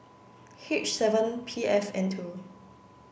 H seven P F N two